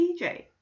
DJ